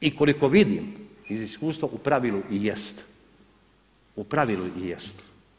I koliko vidim iz iskustva u pravilu i jest, u pravilu i jest.